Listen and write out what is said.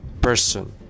person